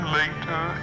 later